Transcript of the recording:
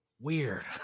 weird